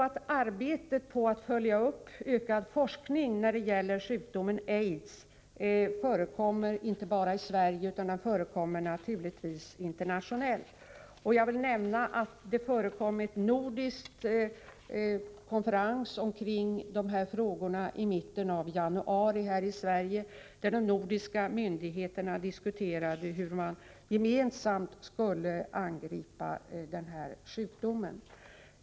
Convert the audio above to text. Arbete på att följa upp ökad forskning när det gäller sjukdomen AIDS förekommer inte bara i Sverige utan naturligtvis även internationellt. Jag vill nämna att en nordisk konferens kring dessa frågor ägde rum i mitten av januari här i Sverige, där de nordiska myndigheterna diskuterade hur man gemensamt skulle angripa denna sjukdom.